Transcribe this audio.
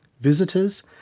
visitors,